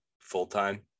full-time